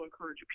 encourage